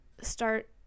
start